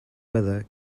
weather